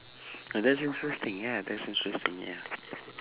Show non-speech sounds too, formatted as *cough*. *breath* ah that's interesting ya that's interesting yeah